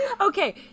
Okay